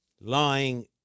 Lying